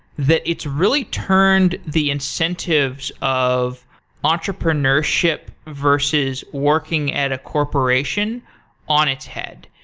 that it's really turned the incentives of entrepreneurship, versus working at a corporation on its head.